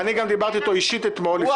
בלי